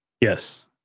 Yes